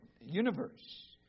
universe